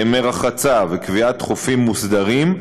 ימי רחצה וקביעת חופים מוסדרים,